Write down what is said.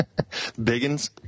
Biggins